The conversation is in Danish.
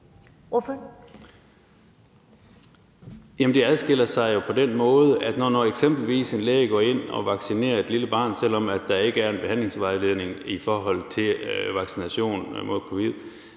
Larsen (KF): Det adskiller sig jo på den måde, at når eksempelvis en læge går ind og vaccinerer et lille barn, selv om der ikke er en behandlingsvejledning i forhold til vaccination mod covid,